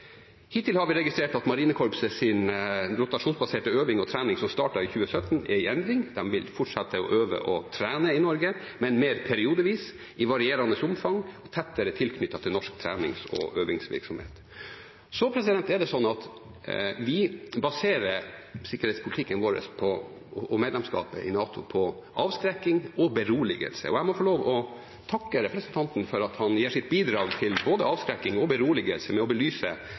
Hittil har vi registrert at marinekorpsets rotasjonsbaserte øving og trening, som startet i 2017, er i endring. De vil fortsette å øve og trene i Norge, men mer periodevis, i varierende omfang og tettere knyttet til norsk trenings- og øvingsvirksomhet. Vi baserer sikkerhetspolitikken vår og medlemskapet i NATO på avskrekking og beroligelse. Jeg må få lov til å takke representanten Moxnes for at han gir sitt bidrag til både avskrekking og beroligelse ved å belyse